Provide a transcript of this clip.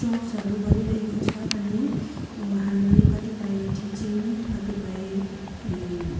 जब्सहरू गरिरहेको छ भने उहाँले कतिपय टिचिङ कतिपय